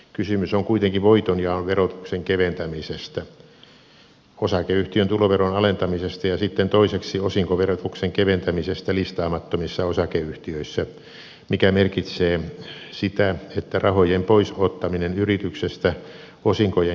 kysymys on kuitenkin voitonjaon verotuksen keventämisestä osakeyhtiön tuloveron alentamisesta ja sitten toiseksi osinkoverotuksen keventämisestä listaamattomissa osakeyhtiöissä mikä merkitsee sitä että rahojen poisottaminen yrityksestä osinkojen jakamisena helpottuu